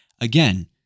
again